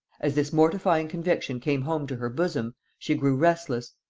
as this mortifying conviction came home to her bosom, she grew restless,